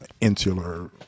insular